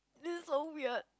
this is so weird